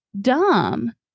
dumb